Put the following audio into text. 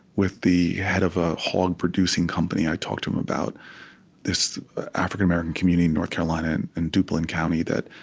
with the head of a hog-producing company, i talked to him about this african-american community in north carolina, in and duplin county, that